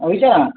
हो विचारा ना